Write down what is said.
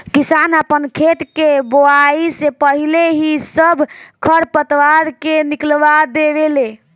किसान आपन खेत के बोआइ से पाहिले ही सब खर पतवार के निकलवा देवे ले